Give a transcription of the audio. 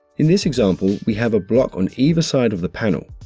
in this example, we have a block on either side of the panel.